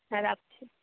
হ্যাঁ রাখছি